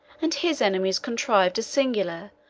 and his enemies contrived a singular,